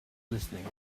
listening